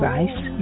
Rice